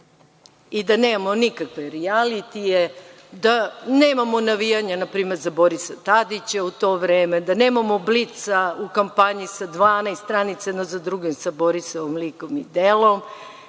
i da nemamo nikakve rijalitije, da nemamo navijanja, na primer za Borisa Tadića u to vreme, da nemamo „Blica“ u kampanji sa 12 stranica jednu za drugim sa Borisovim likom i delom,